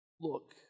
Look